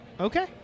Okay